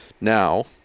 Now